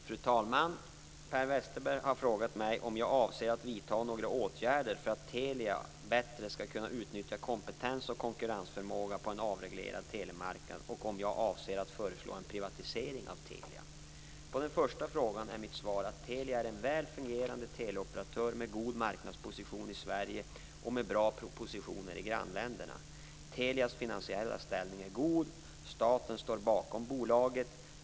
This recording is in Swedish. Fru talman! Per Westerberg har frågat mig om jag avser att vidta några åtgärder för att Telia AB bättre skall kunna utnyttja kompetens och konkurrensförmåga på en avreglerad telemarknad och om jag avser att föreslå en privatisering av Telia AB. På den första frågan är mitt svar att Telia är en väl fungerande teleoperatör med god marknadsposition i Sverige och med bra positioner i grannländerna. Telias finansiella ställning är god. Staten står bakom bolaget.